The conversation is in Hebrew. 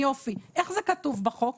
איך זה כתוב בחוק,